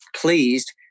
pleased